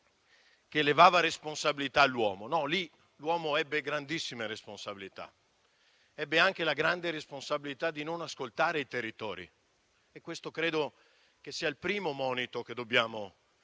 che toglieva ogni responsabilità all'uomo. No, lì l'uomo ebbe grandissime responsabilità, ed ebbe anche la grande responsabilità di non ascoltare i territori. Questo credo sia il primo monito che dobbiamo